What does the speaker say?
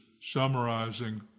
summarizing